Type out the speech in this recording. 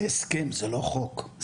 זה הסכם לא חוק,